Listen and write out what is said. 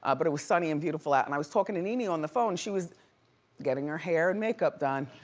ah but it was sunny and beautiful out and i was talking to nene yeah on the phone. she was getting her hair and makeup done.